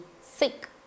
sick